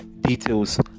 details